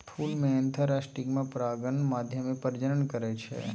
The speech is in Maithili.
फुल मे एन्थर आ स्टिगमा परागण माध्यमे प्रजनन करय छै